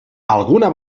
alguna